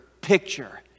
picture